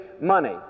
money